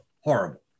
Horrible